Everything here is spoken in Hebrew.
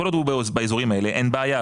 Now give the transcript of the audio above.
כל עוד הוא באזורים האלה אין בעיה,